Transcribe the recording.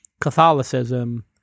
Catholicism